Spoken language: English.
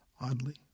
Oddly